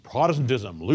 Protestantism